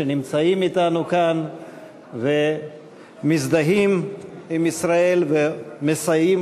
שנמצאים אתנו כאן ביציע ומזדהים עם ישראל ומסייעים